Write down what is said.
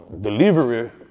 delivery